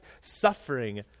suffering